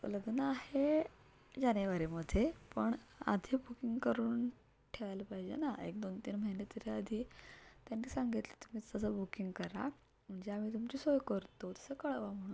लग्न आहे जानेवारीमध्ये पण आधी बुकिंग करून ठेवायला पाहिजे ना एक दोन तीन महिने तिथे आधी त्यांनी सांगितली तुम्ही तसं बुकिंग करा म्हणजे आम्ही तुमची सोय करतो तसं कळवा म्हणून